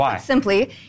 simply